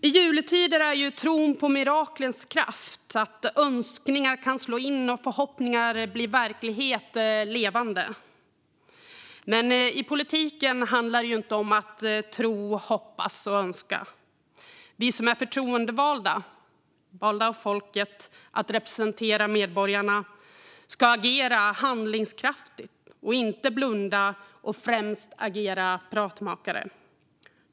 I juletider är tron på miraklens kraft, att önskningar kan slå in och förhoppningar bli verklighet, levande. Men i politiken handlar det inte om att tro, hoppas och önska. Vi som är förtroendevalda, valda av folket att representera medborgarna, ska agera handlingskraftigt och inte blunda eller främst agera pratmakare.